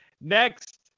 Next